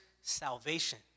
salvation